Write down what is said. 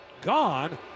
gone